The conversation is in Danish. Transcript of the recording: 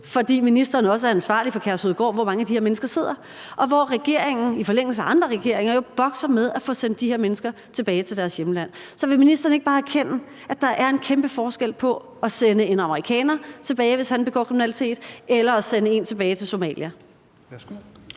fordi ministeren også er ansvarlig for Kærshovedgård, hvor mange af de her mennesker sidder, og hvor regeringen jo i forlængelse af andre regeringer bokser med at få sendt de her mennesker tilbage til deres hjemland. Så vil ministeren ikke bare erkende, at der er en kæmpe forskel på at sende en amerikaner tilbage, hvis han begår kriminalitet, og at sende en tilbage til Somalia?